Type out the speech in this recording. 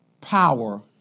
power